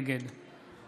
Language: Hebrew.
נגד